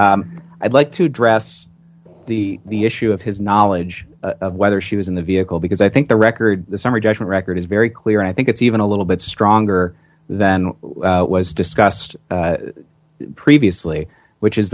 i'd like to address the the issue of his knowledge of whether she was in the vehicle because i think the record the summary judgment record is very clear and i think it's even a little bit stronger than what was discussed previously which is